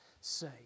say